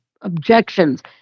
objections